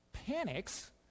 panics